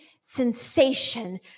sensation